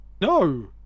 No